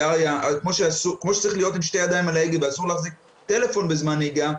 כמו שצריך להיות עם שתי ידיים על ההגה ואסור להחזיק טלפון בזמן נהיגה,